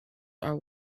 are